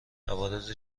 عوارض